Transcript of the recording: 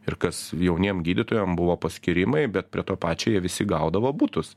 ir kas jauniem gydytojam buvo paskyrimai bet prie to pačio jie visi gaudavo butus